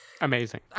Amazing